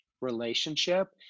relationship